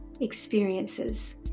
experiences